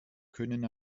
können